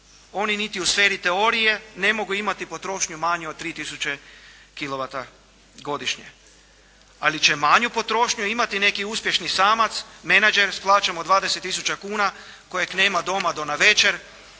oni niti u sferi teorije ne mogu imati potrošnju manju od 3 tisuće kilovata godišnje, ali će manju potrošnju imati neki uspješni samac, menadžer s plaćom od 20 tisuća kuna kojeg nema doma do navečer,